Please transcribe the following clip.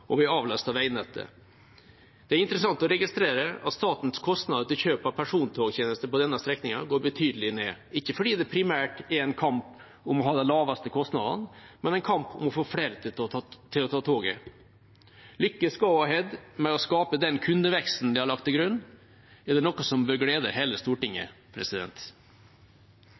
og vi avlaster veinettet. Det er interessant å registrere at statens kostnader til kjøp av persontogtjenester på denne strekningen går betydelig ned – ikke fordi det primært er en kamp om å ha de laveste kostnadene, men en kamp om å få flere til å ta toget. Lykkes Go-Ahead med å skape den kundeveksten de har lagt til grunn, er det noe som bør glede hele Stortinget.